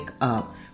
Up